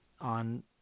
on